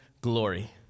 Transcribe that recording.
glory